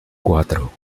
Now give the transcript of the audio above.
cuatro